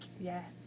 Yes